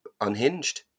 unhinged